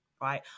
right